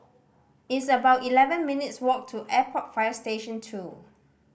it's about eleven minutes' walk to Airport Fire Station Two